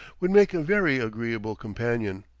would make a very agreeable companion.